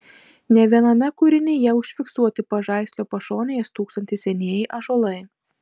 ne viename kūrinyje užfiksuoti pažaislio pašonėje stūksantys senieji ąžuolai